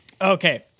Okay